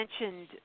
mentioned